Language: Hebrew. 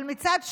אבל מצד שני,